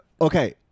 Okay